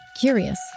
Curious